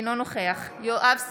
אינו נוכח יואב סגלוביץ'